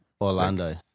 Orlando